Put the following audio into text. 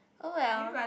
oh well